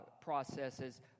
processes